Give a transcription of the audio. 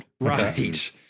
right